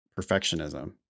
perfectionism